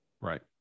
Right